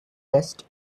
west